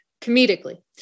comedically